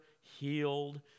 healed